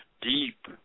deep